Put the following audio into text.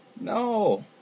No